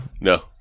No